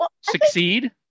succeed